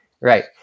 Right